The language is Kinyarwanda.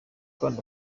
kandi